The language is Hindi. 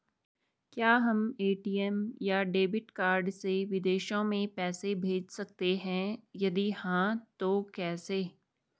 क्या हम ए.टी.एम या डेबिट कार्ड से विदेशों में पैसे भेज सकते हैं यदि हाँ तो कैसे?